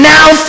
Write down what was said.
Now